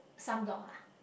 sunblock ah